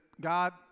God